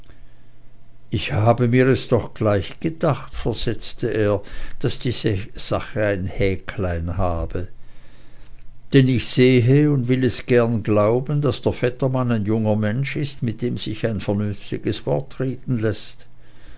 ich habe mir es doch gleich gedacht versetzte er daß die sache ein häklein habe denn ich sehe und will es gern glauben daß der vettermann ein junger mensch ist mit dem sich ein vernünftiges wort reden läßt